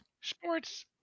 sports